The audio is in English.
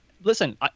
Listen